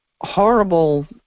horrible